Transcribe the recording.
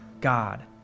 God